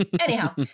anyhow